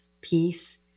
peace